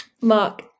Mark